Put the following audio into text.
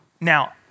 Now